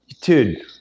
dude